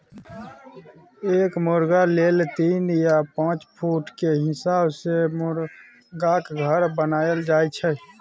एक मुरगा लेल तीन या पाँच फुट केर हिसाब सँ मुरगाक घर बनाएल जाइ छै